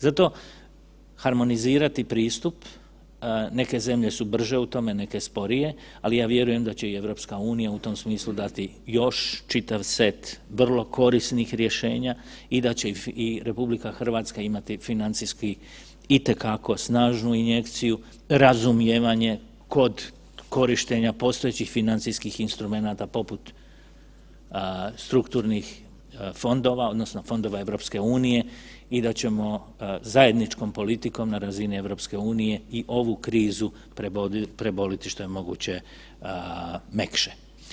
Zato harmonizirati pristup, neke zemlje su brže u tome neke sporije, ali ja vjerujem da će i EU u tom smislu dati još čitav set vrlo korisnih rješenja i da će RH imati financijski itekako snažnu injekciju, razumijevanje kod korištenja postojećih financijskih instrumenata poput strukturnih fondova odnosno fondova EU i da ćemo zajedničkom politikom na razini EU i ovu krizu preboliti što je moguće mekše.